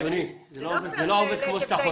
אדוני, זה לא עובד כמו שאתה חושב.